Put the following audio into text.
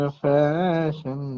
fashion